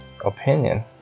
opinion